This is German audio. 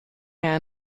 mehr